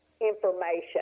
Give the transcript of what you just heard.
information